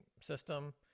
system